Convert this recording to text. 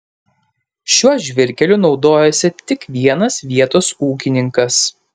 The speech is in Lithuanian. šiuo žvyrkeliu naudojasi tik vienas vietos ūkininkas